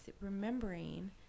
remembering